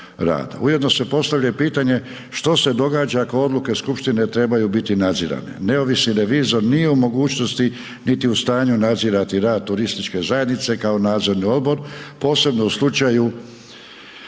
Ujedno se postavlja i pitanje što se događa ako odluke skupštine trebaju biti nadzirane. Neovisni revizor nije u mogućnosti niti u stanju nadzirati rad turističke zajednice kao nadzorni odbor posebno u slučaju